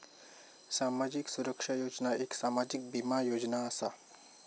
सामाजिक सुरक्षा योजना एक सामाजिक बीमा योजना असा